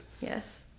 Yes